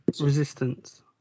resistance